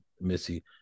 Missy